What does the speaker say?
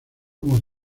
como